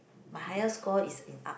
my highest score is in art